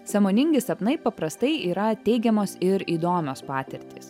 sąmoningi sapnai paprastai yra teigiamos ir įdomios patirtys